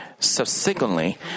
Subsequently